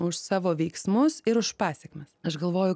už savo veiksmus ir už pasekmes aš galvoju